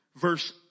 Verse